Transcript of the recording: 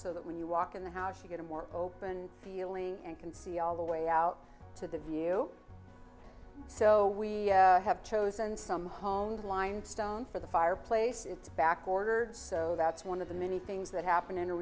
so that when you walk in the house you get a more open and can see all the way out to the view so we have chosen some honed lined stone for the fireplace it's backordered so that's one of the many things that happen in a